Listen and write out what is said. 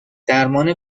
درمان